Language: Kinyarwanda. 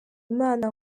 imana